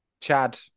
Chad